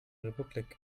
republik